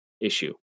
issue